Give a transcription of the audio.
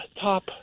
top